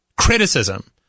criticism